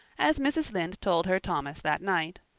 as mrs. lynde told her thomas that night.